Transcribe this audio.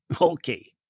Okay